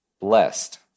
Blessed